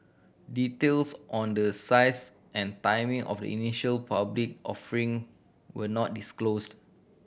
details on the size and timing of the initial public offering were not disclosed